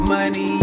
Money